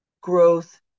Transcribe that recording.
growth